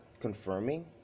confirming